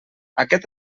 aquest